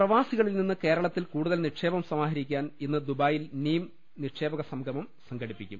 പ്രവാസികളിൽ നിന്ന് കേരളത്തിൽ കൂടുതൽ നിക്ഷേപം സമാ ഹരിക്കാൻ ഇന്ന് ദുബായിയിൽ നീം നിക്ഷേപക സംഗമം സംഘ ടിപ്പിക്കും